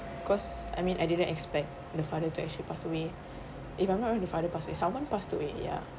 cause I mean I didn't expect to the father to actually passed away if I'm not wrong the father passed away someone passed away ya